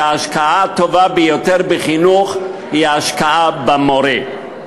שההשקעה הטובה ביותר בחינוך היא ההשקעה במורה.